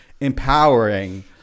empowering